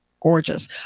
gorgeous